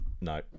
No